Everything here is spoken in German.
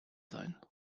sein